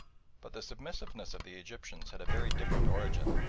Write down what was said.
but the submissiveness of the egyptians had a very different origin.